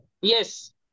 Yes